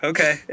Okay